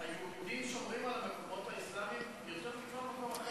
היהודים שומרים על המקומות האסלאמיים יותר מכל מקום אחר בעולם.